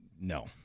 No